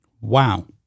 Wow